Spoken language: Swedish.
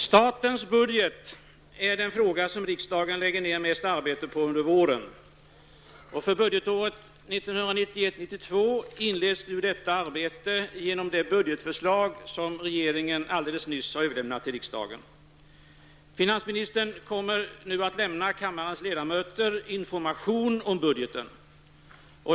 Statens budget är den fråga som riksdagen lägger ned mest arbete på under våren. För budgetåret 1990/91 inleds nu detta arbete genom det budgetförslag som regeringen alldeles nyss har överlämnat till riksdagen. Finansministern kommer nu att lämna kammarens ledamöter information om budgeten.